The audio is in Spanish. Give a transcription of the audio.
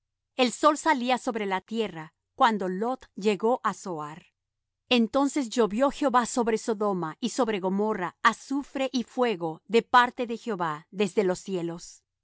el sol salía sobre la tierra cuando lot llegó á zoar entonces llovió jehová sobre sodoma y sobre gomorra azufre y fuego de parte de jehová desde los cielos